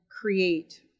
create